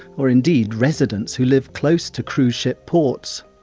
or indeed residents who live close to cruise ship ports.